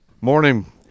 Morning